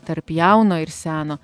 tarp jauno ir seno